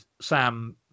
Sam